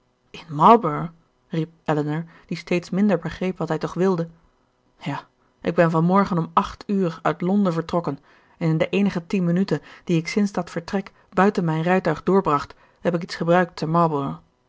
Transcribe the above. elinor die steeds minder begreep wat hij toch wilde ja ik ben van morgen om acht uur uit londen vertrokken en in de eenige tien minuten die ik sinds dat vertrek buiten mijn rijtuig doorbracht heb ik iets gebruikt te